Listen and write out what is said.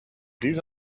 these